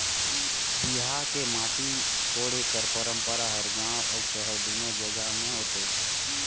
बिहा मे माटी कोड़े कर पंरपरा हर गाँव अउ सहर दूनो जगहा मे होथे